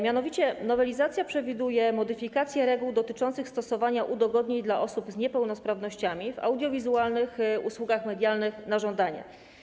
Mianowicie nowelizacja przewiduje modyfikację reguł dotyczących stosowania udogodnień dla osób z niepełnosprawnościami w audiowizualnych usługach medialnych na żądanie.